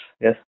Yes